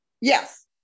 Yes